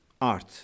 Art